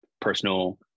personal